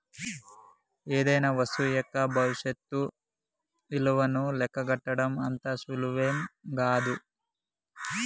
ఏదైనా వస్తువు యొక్క భవిష్యత్తు ఇలువను లెక్కగట్టడం అంత సులువేం గాదు